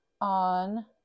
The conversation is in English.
on